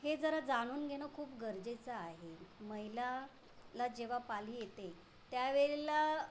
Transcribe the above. हे जरा जाणून घेणं खूप गरजेचं आहे महिलाला जेव्हा पाळी येते त्या वेळेला